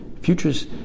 Futures